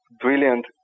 brilliant